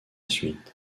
suite